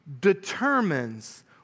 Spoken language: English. determines